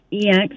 EX